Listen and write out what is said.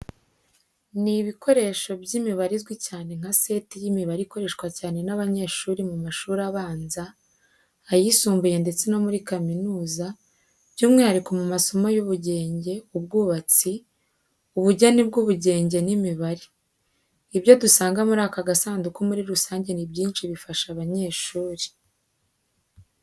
Ni ibikoresho by'imibare izwi cyane nka seti y'imibare ikoreshwa cyane n’abanyeshuri mu mashuri abanza, ayisumbuye ndetse no muri kaminuza, by'umwihariko mu masomo y'ubugenge ubwubatsi I ubugeni bw'ubugenge n’imibare. Ibyo dusanga muri aka gasunduku muri rusange ni byinshi bifasha abanyeshuri.